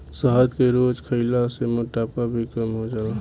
शहद के रोज खइला से मोटापा भी कम हो जाला